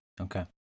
Okay